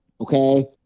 Okay